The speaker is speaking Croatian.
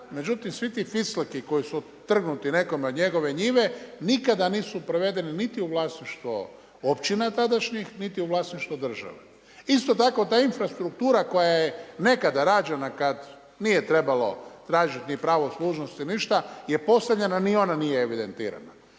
Međutim, svi ti ficleki koji su otrgnuti nekome od njegove njive nikada nisu prevedene niti u vlasništvo općina tadašnjih, niti u vlasništvo države. Isto tako ta infrastruktura koja je nekada rađena kad nije trebalo tražiti pravo služnosti ništa je postavljena, ni ona nije evidentirana.